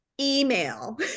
email